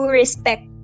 respect